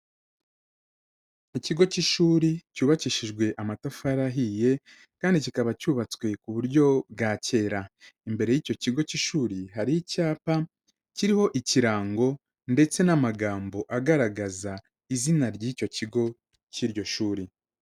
Mu kigo cy'ishuri cyubakishijwe amatafari ahiye kandi kikaba cyubatswe ku buryo bwa kera, imbere y'icyo kigo cy'ishuri hari icyapa kiriho ikirango ndetse n'amagambo agaragaza izina ry'icyo kigo cy'iryo shuri.